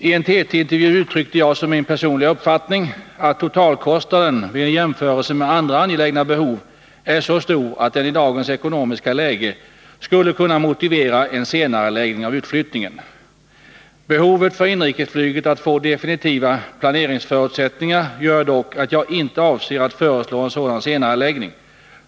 I en TT-intervju uttryckte jag som min personliga uppfattning att totalkostnaden vid en jämförelse med andra angelägna behov är så stor att den i dagens ekonomiska läge skulle kunna motivera en senareläggning av utflyttningen. Behovet för inrikesflyget att få definitiva planeringsförutsättningar gör dock att jag inte avser att föreslå en sådan senareläggning.